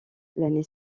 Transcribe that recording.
l’année